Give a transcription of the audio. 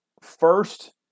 first